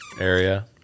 area